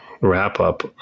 wrap-up